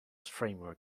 framework